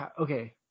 okay